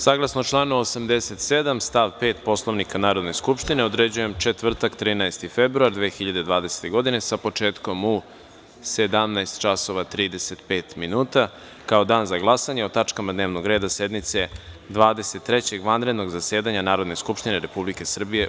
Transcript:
Saglasno članu 87. stav 5. Poslovnika Narodne skupštine, određujem četvrtak 13. februar 2020. godine, sa početkom u 17 časova i 35 minuta, kao dan za glasanje o tačkama dnevnog reda sednice Dvadeset trećeg vanrednog zasedanja Narodne skupštine Republike Srbije